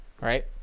Right